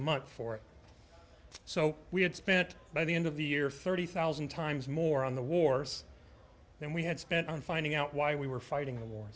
month for it so we had spent by the end of the year thirty thousand times more on the wars than we had spent on finding out why we were fighting a war